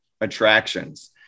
attractions